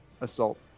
assault